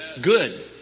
good